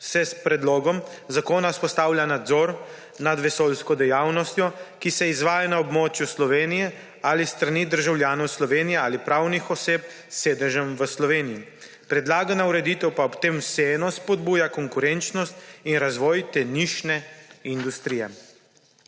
se s predlogom zakona vzpostavlja nadzor nad vesoljsko dejavnostjo, ki se izvaja na območju Slovenije, ali s strani državljanov Slovenije, ali pravnih oseb s sedežem v Sloveniji. Predlagana ureditev pa ob tem vseeno spodbuja konkurenčnost in razvoj te nišne industrije.